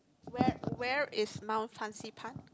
where where is mile fancy pun